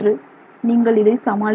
நீங்கள் இதை சமாளித்தாக வேண்டும்